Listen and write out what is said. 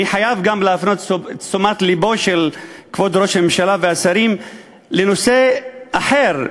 אני חייב להפנות את תשומת לבם של כבוד ראש הממשלה והשרים לנושא אחר: